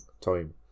time